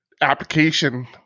application